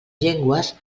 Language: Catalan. llengües